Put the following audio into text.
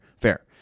Fair